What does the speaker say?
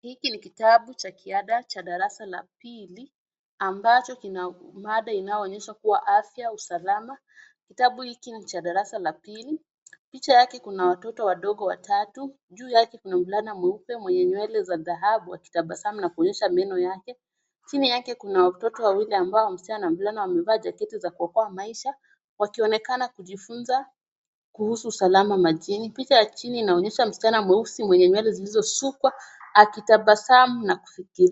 Hiki ni kitabu cha kiada cha darasa la pili ambacho kina mada inayoonyesha kuwa afya, usalama. Kitabu hiki ni cha darasa la pili, picha yake kuna watoto wadogo watatu. Juu yake kuna mvulana mweupe mwenye nywele za dhahabu akitabasamu na kuonyesha meno yake. Chini yake kuna watoto wawili ambao msichana na mvulana wamevaa jaketi za kuokoa maisha, wakionekana kujifunza kuhusu usalama majini. Picha ya chini inaonyesha msichana mweusi mwenye nywele zilizosukwa akitabasamu na kufikiria.